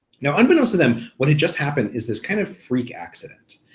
now, unbeknownst to them, what had just happened is this kind of freak accident.